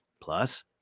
Plus